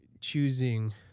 choosing